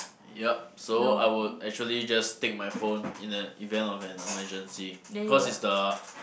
yup so I would actually just take my phone in the event of an emergency cause it's the